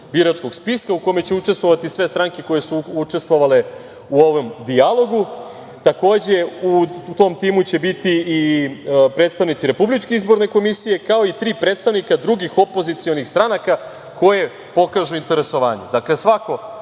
biračkog spiska u kome će učestvovati sve stranke koje su učestvovale u ovom dijalogu. Takođe, u tom timu će biti i predstavnici RIK-a, kao i tri predstavnika drugih opozicionih stranaka, koje pokažu interesovanje.